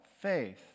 faith